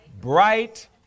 Bright